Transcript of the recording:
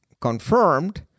confirmed